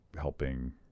helping